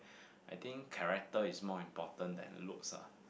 I think character is more important than looks lah